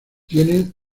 tiene